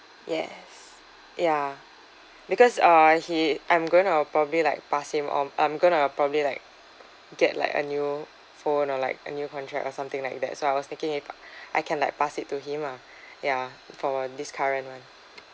yes ya because uh he I'm going to probably like pass him on I'm gonna probably like get like a new phone or like a new contract or something like that so I was thinking if I can like pass it to him ah ya for this current one